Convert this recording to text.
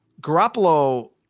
Garoppolo